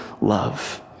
love